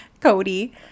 Cody